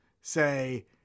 say